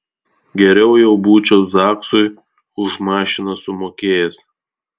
geriau jau būčiau zaksui už mašiną sumokėjęs